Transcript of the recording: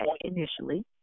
initially